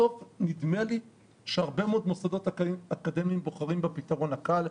נדמה לי שהרבה מאוד מוסדות אקדמיים בוחרים בפתרון הקל,